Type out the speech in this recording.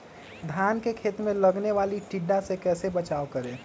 धान के खेत मे लगने वाले टिड्डा से कैसे बचाओ करें?